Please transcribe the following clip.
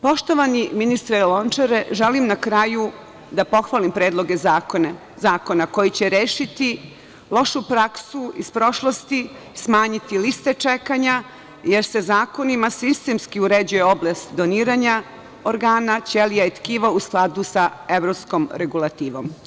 Poštovani ministre Lončar, želim na kraju da pohvalim predloge zakona koji će rešiti lošu praksu iz prošlosti, smanjiti liste čekanja, jer se zakonima sistemski uređuje oblast doniranja organa, ćelija i tkiva u skladu sa evropskom regulativom.